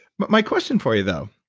but my question for you though,